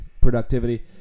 productivity